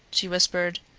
she whispered,